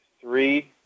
three